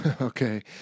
Okay